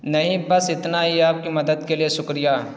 نہیں بس اتنا ہی آپ کی مدد کے لیے شکریہ